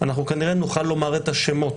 אנחנו כנראה נוכל לומר את השמות,